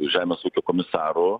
žemės ūkio komisaru